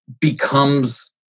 becomes